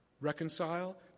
reconcile